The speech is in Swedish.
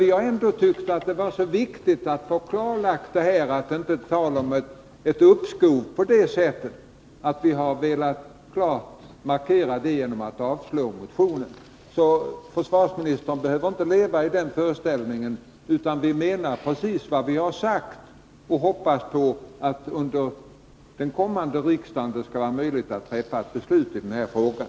Vi har ändå ansett att det är mycket viktigt att få klarlagt att det inte är fråga om ett sådant uppskov som försvarsministern befarar, och vi har därför velat klart markera det genom att avstyrka motionen. Försvarsministern behöver alltså inte leva i föreställningen att beslutet skall uppskjutas till nästa stora försvarsbeslut, utan vi menar vad vi har sagt och vi hoppas att det under nästkommande riksmöte skall vara möjligt att fatta ett beslut i den här frågan.